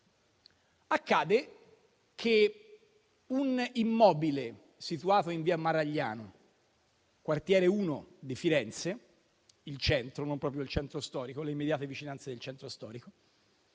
Accade che un immobile, situato in via Maragliano, quartiere 1 di Firenze (non proprio il centro storico, ma nelle immediate vicinanze del centro storico),